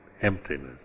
emptiness